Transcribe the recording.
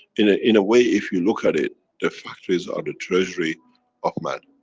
in a, in a way if you look at it, the factories are the treasury of man